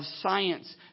science